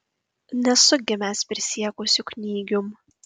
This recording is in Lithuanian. nesu gimęs prisiekusiu knygium